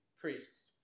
priests